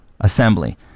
assembly